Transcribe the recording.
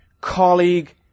colleague